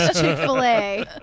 Chick-fil-A